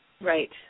Right